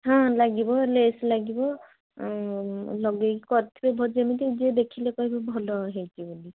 ହଁ ଲାଗିବ ଲେସ୍ ଲାଗିବ ଲଗାଇକି କରିଥିବେ ଯେମିତି ଯିଏ ଦେଖିଲେ କହିବେ ଭଲ ହେଇଛି ବୋଲି